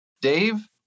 Dave